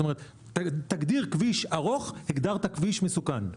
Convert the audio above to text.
תגדיר כביש ארוך, הגדרת כביש מסוכן.